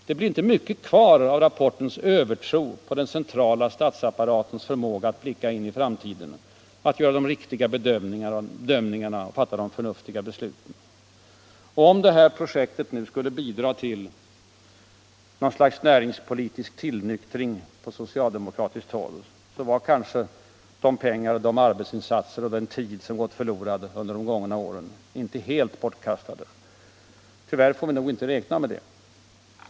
Det blir inte mycket kvar av rapportens övertro på den centrala statsapparatens förmåga att blicka in i framtiden, att göra de riktiga bedömningarna och fatta de förnuftiga besluten. Om det här projektet nu skulle bidra till något slags näringspolitisk tillnyktring på socialdemokratiskt håll, så vore kanske de pengar, de arbetsinsatser och den tid som gått förlorade under de gångna åren inte helt bortkastade. Tyvärr får vi nog inte räkna med det.